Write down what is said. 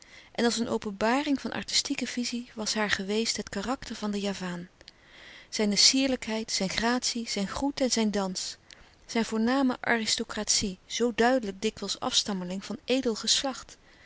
en als een openbaring van artistieke vizie was haar geweest het karakter van den javaan zijne sierlijkheid zijn gratie zijn groet en zijn dans zijn voorname aristocratie zoo duidelijk dikwijls afstammeling van edel geslacht